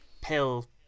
pill